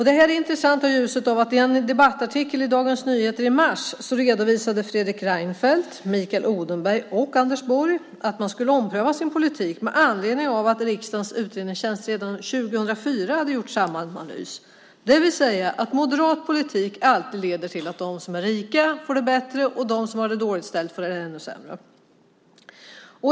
Det är intressant i ljuset av att Fredrik Reinfeldt, Mikael Odenberg och Anders Borg i en debattartikel i Dagens Nyheter i mars redovisade att man skulle ompröva sin politik med anledning av att riksdagens utredningstjänst redan 2004 hade gjort samma analys, det vill säga att moderat politik alltid leder till att de som är rika får det bättre och de som har det dåligt ställt får det ännu sämre.